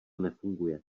nefunguje